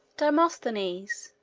demosthenes,